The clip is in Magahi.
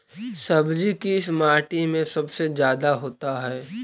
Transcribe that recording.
सब्जी किस माटी में सबसे ज्यादा होता है?